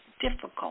difficult